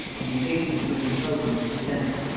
and he hastened to interpose in its defence.